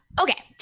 Okay